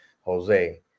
Jose